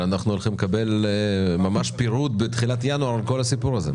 אבל אנחנו הולכים לקבל ממש פירוט בתחילת ינואר על כל הסיפור הזה.